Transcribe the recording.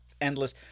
endless